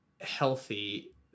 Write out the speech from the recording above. healthy